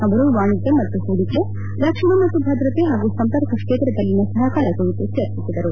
ಅವರು ವಾಣಿಜ್ಯ ಮತ್ತು ಹೂಡಿಕೆ ರಕ್ಷಣೆ ಮತ್ತು ಭದ್ರತೆ ಮತ್ತು ಸಂಪರ್ಕ ಕ್ಷೇತ್ರದಲ್ಲಿನ ಸಹಕಾರ ಕುರಿತು ಚರ್ಚಿಸಿದರು